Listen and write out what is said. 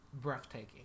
breathtaking